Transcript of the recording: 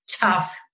tough